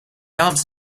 aunt